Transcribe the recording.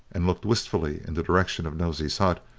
and looked wistfully in the direction of nosey's hut,